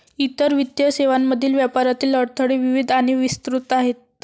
इतर वित्तीय सेवांमधील व्यापारातील अडथळे विविध आणि विस्तृत आहेत